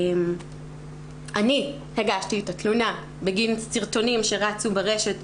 אני הגשתי את התלונה בגין סרטונים שרצו ברשת,